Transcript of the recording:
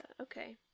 okay